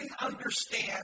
understand